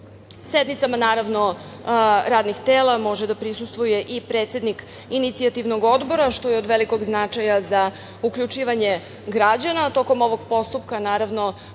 Sednicama radnih tela može da prisustvuje i predsednik inicijativnog odbora, što je od velikog značaja za uključivanje građana, a tokom ovog postupka, naravno,